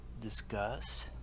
discuss